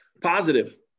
Positive